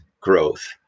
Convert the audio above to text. growth